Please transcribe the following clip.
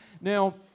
Now